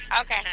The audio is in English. Okay